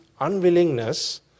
unwillingness